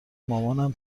مامان